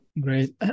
Great